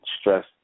stress